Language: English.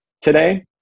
today